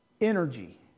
energy